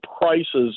prices